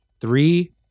three